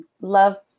love